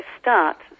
start